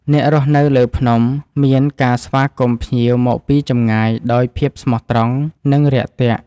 អ្នករស់នៅលើភ្នំ មានការស្វាគមន៍ភ្ញៀវមកពីចម្ងាយដោយភាពស្មោះត្រង់ និងរាក់ទាក់។